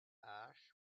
ash